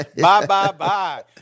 Bye-bye-bye